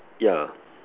yeah